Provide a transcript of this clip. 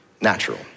natural